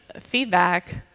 feedback